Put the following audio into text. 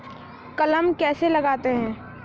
कलम कैसे लगाते हैं?